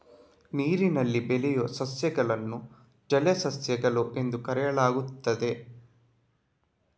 ನೀರಿನಲ್ಲಿ ಬೆಳೆಯುವ ಸಸ್ಯಗಳನ್ನು ಜಲಸಸ್ಯಗಳು ಎಂದು ಕರೆಯಲಾಗುತ್ತದೆ